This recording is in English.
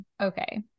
Okay